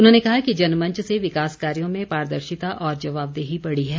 उन्होंने कहा कि जनमंच से विकास कार्यो में पारदर्शिता और जवाबदेही बढ़ी है